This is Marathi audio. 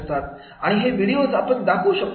आणि हे व्हिडिओज आपण दाखवू शकतो